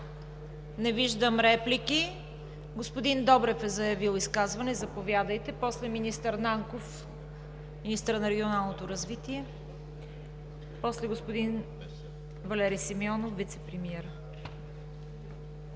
Не виждам реплики. Господин Добрев е заявил изказване – заповядайте. После министър Нанков – министър на регионалното развитие, после господин Валери Симеонов – вицепремиер.